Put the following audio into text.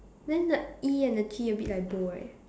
then the E and the T a bit like bold right